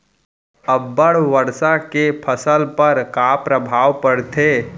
अब्बड़ वर्षा के फसल पर का प्रभाव परथे?